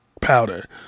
powder